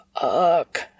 Fuck